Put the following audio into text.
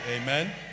Amen